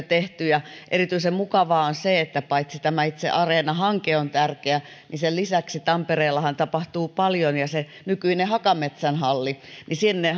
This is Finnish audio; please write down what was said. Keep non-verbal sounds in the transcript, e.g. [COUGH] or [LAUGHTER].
[UNINTELLIGIBLE] tehty erityisen mukavaa on on se että paitsi että tämä itse areenahanke on tärkeä niin sen lisäksi tampereellahan tapahtuu paljon ja on se nykyinen hakametsän halli ja sinne [UNINTELLIGIBLE]